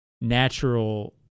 natural –